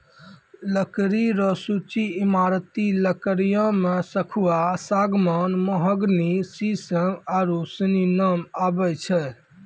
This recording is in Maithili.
लकड़ी रो सूची ईमारती लकड़ियो मे सखूआ, सागमान, मोहगनी, सिसम आरू सनी नाम आबै छै